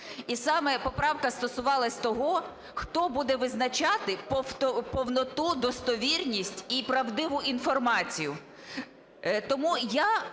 І саме поправка стосувалася того, хто буде визначати повноту, достовірність і правдиву інформацію.